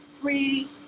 three